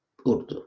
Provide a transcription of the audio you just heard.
Urdu